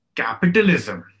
capitalism